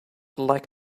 like